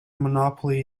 monopoly